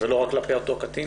ולא רק כלפי אותו קטין.